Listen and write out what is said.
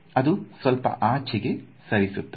ಇದು ಸ್ವಲ್ಪ ಆಚೆಗೆ ಸರಿಯುತ್ತದೆ